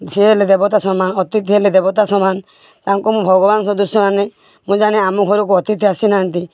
ସିଏ ହେଲେ ଦେବତା ସମାନ ଅତିଥି ହେଲେ ଦେବତା ସମାନ ତାଙ୍କୁ ମୁଁ ଭଗବାନ ସଦୃଶ୍ୟ ମାନେ ମୁଁ ଜାଣେ ଆମ ଘରକୁ ଅତିଥି ଆସି ନାହାନ୍ତି